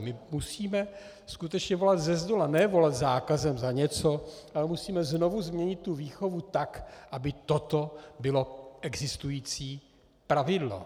My musíme skutečně volat zezdola, ne volat zákazem za něco, ale musíme znovu zvolit výchovu tak, aby toto bylo existující pravidlo.